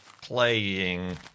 playing